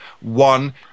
One